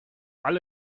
alle